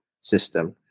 system